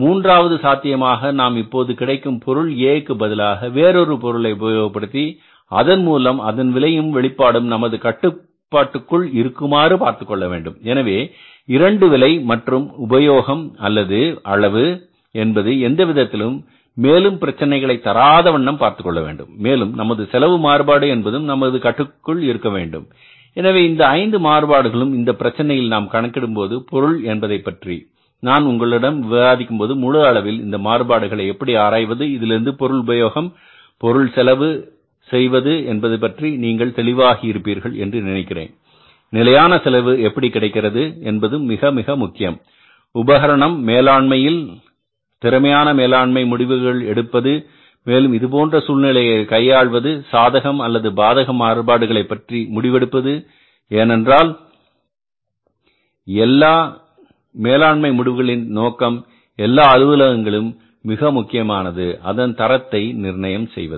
மூன்றாவது சாத்தியமாக நாம் இப்போது கிடைக்கும் பொருள் A பதிலாக வேறொரு பொருளை உபயோகப்படுத்தி அதன்மூலம் அதன் விலையும் வெளிப்பாடும் நமது கட்டுப்பாட்டுக்குள் இருக்குமாறு பார்த்துக்கொள்ள வேண்டும் எனவே 2 விலை மற்றும் உபயோகம் அல்லது அளவு என்பது எந்த விதத்திலும் மேலும் பிரச்சனைகளை தராத வண்ணம் பார்த்துக்கொள்ள வேண்டும் மேலும் நமது செலவு மாறுபாடு என்பதும் நமது கட்டுப்பாட்டுக்குள் இருக்க வேண்டும் எனவே இந்த 5 மாறுபாடுகளும் இந்த பிரச்சினையில் நாம் கணக்கிடும்போது பொருள் என்பதைப்பற்றி நான் உங்களுடன் விவாதிக்கும்போது முழு அளவில் இந்த மாறுபாடுகளை எப்படி ஆராய்வது இதிலிருந்து பொருள் உபயோகம் பொருள் செலவு செய்வது என்பது பற்றி நீங்கள் தெளிவாகி இருப்பீர்கள் என்று நினைக்கிறேன் நிலையான செலவு எப்படி கிடைக்கிறது என்பதும் மிக மிக முக்கியமான உபகரணம் மேலாண்மையில் திறமையான மேலாண்மை முடிவுகள் எடுப்பது மேலும் இதுபோன்ற சூழல்களை கையாள்வது சாதகம் அல்லது பாதக மாறுபாடுகளை பற்றிய முடிவெடுப்பது ஏனென்றால் எல்லா மேலாண்மை முடிவுகளின் நோக்கம் எல்லா அலுவலகங்களிலும் மிக முக்கியமானது அதன் தரத்தை நிர்ணயம் செய்வது